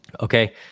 Okay